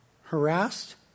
Harassed